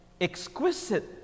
exquisite